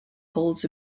holds